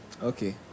Okay